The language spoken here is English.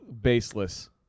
Baseless